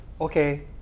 Okay